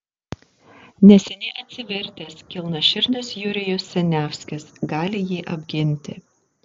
neseniai atsivertęs kilniaširdis jurijus siniavskis gali jį apginti